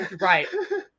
Right